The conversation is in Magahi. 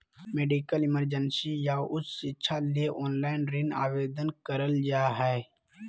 मेडिकल इमरजेंसी या उच्च शिक्षा ले ऑनलाइन ऋण आवेदन करल जा हय